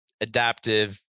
adaptive